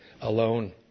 alone